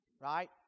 Right